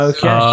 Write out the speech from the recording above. Okay